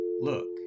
Look